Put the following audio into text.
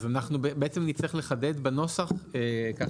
אז אנחנו נצטרך לחדד בנוסח כך,